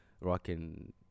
rocking